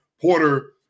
Porter